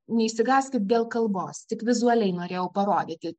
neišsigąskit dėl kalbos tik vizualiai norėjau parodyti